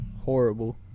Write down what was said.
horrible